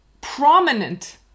prominent